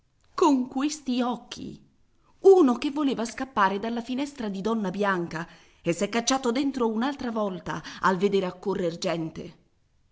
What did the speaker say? con questi occhi uno che voleva scappare dalla finestra di donna bianca e s'è cacciato dentro un'altra volta al vedere accorrer gente